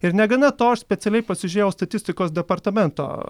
ir negana to aš specialiai pasižiūrėjau statistikos departamento